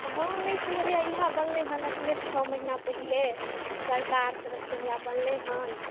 हँ नहि छलै हन इहा बनलै हन अखने छओ महीना पहिले सरकार तरफसॅं है या बनलै हन